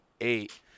Eight